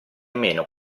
meno